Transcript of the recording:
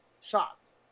shots